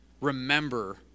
remember